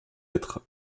être